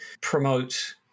promote